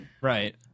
Right